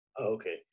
Okay